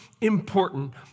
important